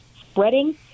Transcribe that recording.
spreading